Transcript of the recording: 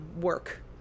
work